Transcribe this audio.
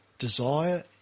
desire